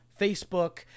Facebook